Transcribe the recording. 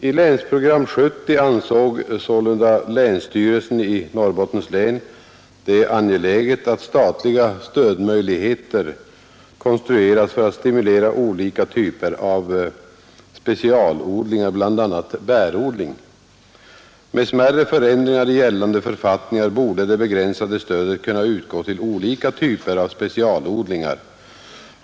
I länsprogram 70 ansåg länsstyrelsen i Norrbottens län det angeläget att statliga stödmöjligheter konstrueras för att stimulera olika typer av specialodlingar, bl.a. bärodling. Med smärre förändringar i gällande författningar borde det begränsade stödet kunna utgå till olika typer av specialodlingar.